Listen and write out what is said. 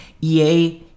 EA